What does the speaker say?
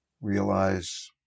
realize